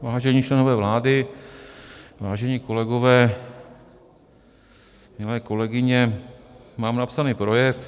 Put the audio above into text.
Vážení členové vlády, vážení kolegové, milé kolegyně, mám napsaný projev.